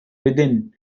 within